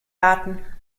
daten